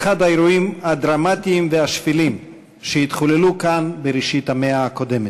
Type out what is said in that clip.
מדובר באחד האירועים הדרמטיים והשפלים שהתחוללו כאן בראשית המאה הקודמת.